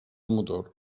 motor